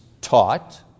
taught